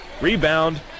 Rebound